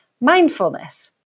mindfulness